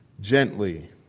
Gently